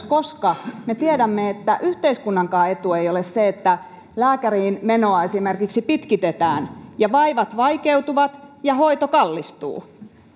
koska me tiedämme että yhteiskunnankaan etu ei ole se että lääkäriin menoa esimerkiksi pitkitetään ja vaivat vaikeutuvat ja hoito kallistuu